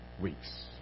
weeks